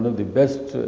the best